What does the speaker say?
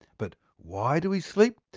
but why do we sleep?